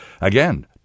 Again